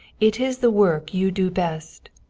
it is the work you do best.